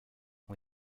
ont